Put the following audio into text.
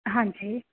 ਹਾਂਜੀ